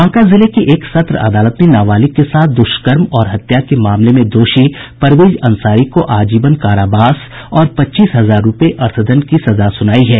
बांका जिले की एक सत्र अदालत ने नाबालिग के साथ दुष्कर्म और हत्या के मामले में दोषी परवेज अंसारी को आजीवन कारावास और पच्चीस हजार रूपये अर्थदंड की सजा सुनाई है